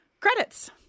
Credits